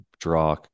draw